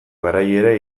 garaierara